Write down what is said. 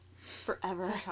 Forever